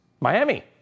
Miami